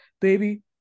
baby